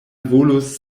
volus